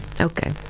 Okay